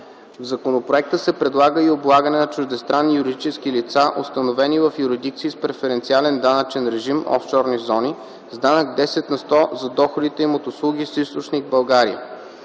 В законопроекта се предлага и облагане на чуждестранни юридически лица, установени в юрисдикции с преференциален данъчен режим (офшорни зони), с данък 10 на сто за доходите им от услуги с източник България.